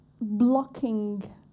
blocking